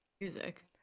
music